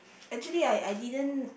actually I I didn't